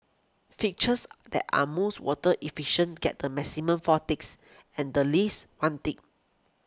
fixtures that are most water efficient get the maximum four ticks and the least one tick